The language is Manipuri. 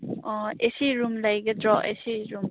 ꯑꯣ ꯑꯦ ꯁꯤ ꯔꯨꯝ ꯂꯩꯒꯗ꯭ꯔꯣ ꯑꯦ ꯁꯤ ꯔꯨꯝ